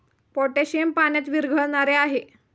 potassium पाण्यात विरघळणारे आहे